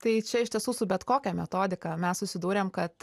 tai čia iš tiesų su bet kokia metodika mes susidūrėm kad